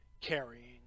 carrying